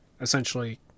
essentially